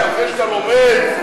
אחרי שאתה לומד,